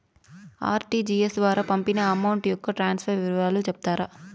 RTGS ద్వారా పంపిన amount యొక్క ట్రాన్స్ఫర్ వివరాలు సెప్తారా